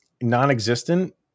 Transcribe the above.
non-existent